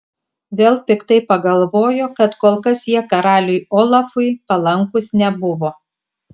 vėl piktai pagalvojo kad kol kas jie karaliui olafui palankūs nebuvo